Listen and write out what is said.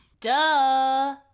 Duh